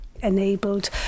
enabled